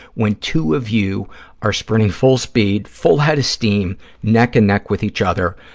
when two of you are sprinting full speed, full head of steam, neck and neck with each other,